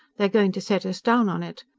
they're going to set us down on it.